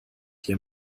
die